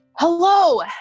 Hello